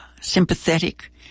sympathetic